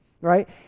right